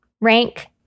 rank